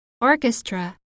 orchestra